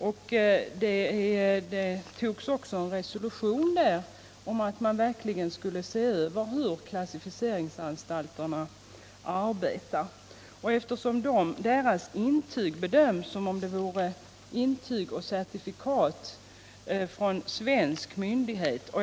Där antogs också en resolution om att man verkligen skulle se över hur klassificeringsanstalterna arbetar. Sällskapens intyg bedöms som om de vore certifikat från svensk myndighet.